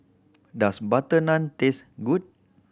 does butter naan taste good